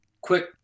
quick